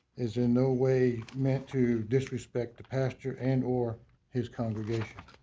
is in no way meant to disrespect the pastor and or his congregation.